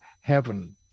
heaven